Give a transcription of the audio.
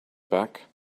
back